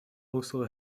also